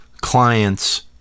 clients